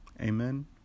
Amen